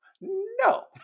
No